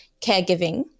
caregiving